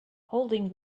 holding